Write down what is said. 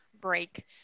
break